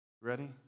ready